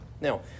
Now